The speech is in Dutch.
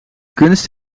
kunst